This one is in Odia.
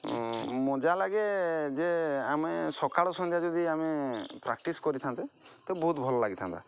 ମଜା ଲାଗେ ଯେ ଆମେ ସକାଳେ ସନ୍ଧ୍ୟା ଯଦି ଆମେ ପ୍ରାକ୍ଟିସ୍ କରିଥାନ୍ତେ ତ ବହୁତ ଭଲ ଲାଗିଥାନ୍ତା